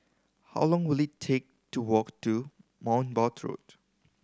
how long will it take to walk to Bournemouth Road